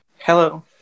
Hello